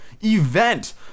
event